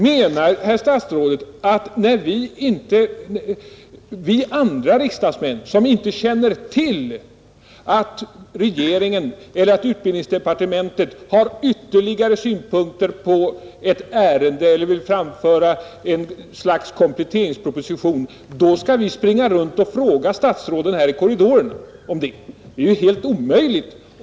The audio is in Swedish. Menar herr statsrådet att vi andra riksdagsmän, som inte känner till att regeringen — t.ex. utbildningsdepartementet — har ytterligare synpunkter på ett ärende eller vill framföra ett slags kompletteringsproposition, skall springa runt och fråga statsråden om det här i korridorerna? Det är ju helt omöjligt.